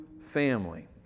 family